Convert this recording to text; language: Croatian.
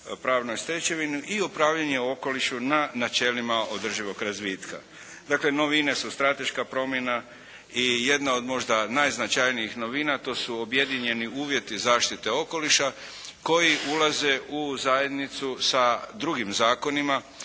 pravnoj stečevini i upravljanje okolišu na načelima održivog razvitka. Dakle, novine su strateška promjena i jedna od možda najznačajnijih novina to su objedinjeni uvjeti zaštite okoliša koji ulaze u zajednicu sa drugim zakonima,